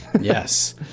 Yes